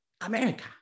America